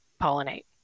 pollinate